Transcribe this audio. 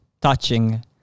touching